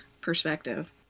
perspective